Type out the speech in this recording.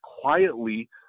quietly